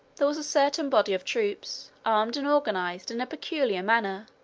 there was a certain body of troops, armed and organized in a peculiar manner,